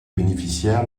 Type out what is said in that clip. bénéficiaires